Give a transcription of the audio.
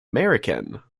american